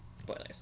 spoilers